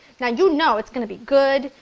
now you know it's going to be good,